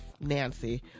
Nancy